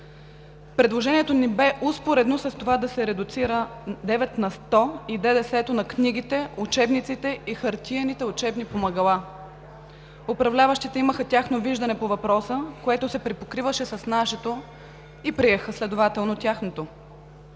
Предложението ни бе успоредно с това да се редуцира – 9% ДДС и на книгите, учебниците и хартиените учебни помагала. Управляващите имаха тяхно виждане по въпроса, което се припокриваше с нашето и следователно приеха тяхното.